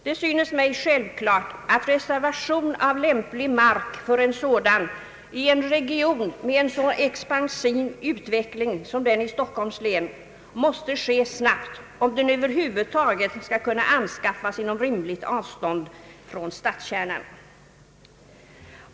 Det synes mig självklart att reservation av lämplig mark för en sådan i en region med en så expansiv utveckling som den i Stockholms län måste ske snabbt om mark över huvud taget skall kunna anskaffas inom rimligt avstånd från stadskärnan.